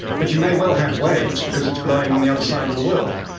but you may well have waves because it's blowing on the other side of the world.